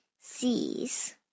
sees